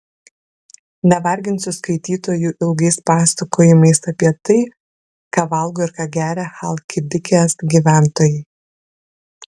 nevarginsiu skaitytojų ilgais pasakojimais apie tai ką valgo ir ką geria chalkidikės gyventojai